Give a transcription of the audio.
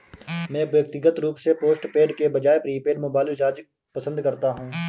मैं व्यक्तिगत रूप से पोस्टपेड के बजाय प्रीपेड मोबाइल रिचार्ज पसंद करता हूं